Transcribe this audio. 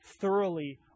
thoroughly